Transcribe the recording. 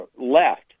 left